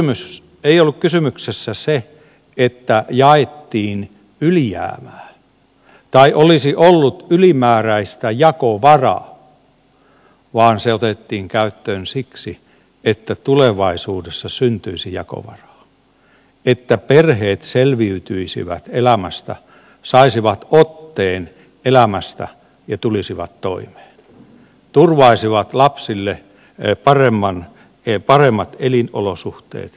ei ollut kysymys siitä että jaettiin ylijäämää tai olisi ollut ylimääräistä jakovaraa vaan se otettiin käyttöön siksi että tulevaisuudessa syntyisi jakovaraa että perheet selviytyisivät elämästä saisivat otteen elämästä ja tulisivat toimeen turvaisivat lapsille paremmat elinolosuhteet